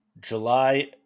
July